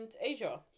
Asia